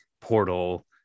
portal